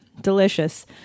delicious